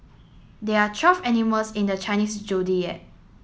there are twelve animals in the Chinese Zodiac